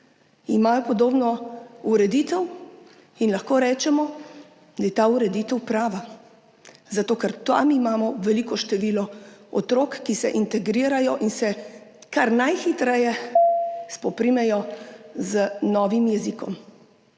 Imajo podobno ureditev in lahko rečemo, da je ta ureditev prava, zato ker tam imajo veliko število otrok, ki se integrirajo in se kar najhitreje spoprimejo z novim jezikom.